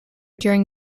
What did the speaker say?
during